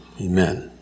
Amen